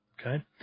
okay